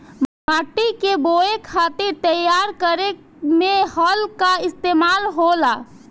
माटी के बोवे खातिर तैयार करे में हल कअ इस्तेमाल होला